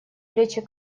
плечи